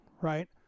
Right